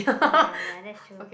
oh ya ya that's true